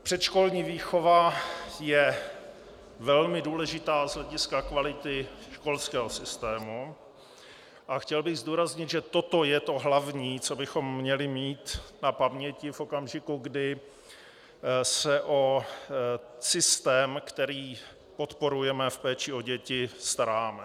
Předškolní výchova je velmi důležitá z hlediska kvality školského systému a chtěl bych zdůraznit, že toto je to hlavní, co bychom měli mít na paměti v okamžiku, kdy se o systém, který podporujeme v péči o děti, staráme.